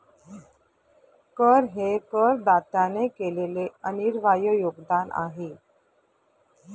कर हे करदात्याने केलेले अनिर्वाय योगदान आहे